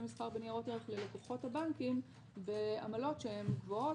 מסחר בניירות ערך ללקוחות הבנקים בעמלות שהן גבוהות.